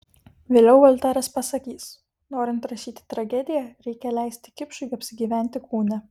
vėliau volteras pasakys norint rašyti tragediją reikia leisti kipšui apsigyventi kūne